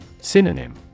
Synonym